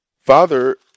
Father